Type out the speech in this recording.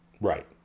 Right